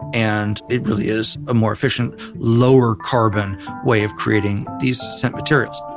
and it really is a more efficient, lower carbon way of creating these scent materials